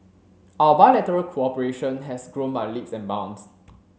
our bilateral cooperation has grown by leaps and bounds